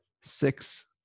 six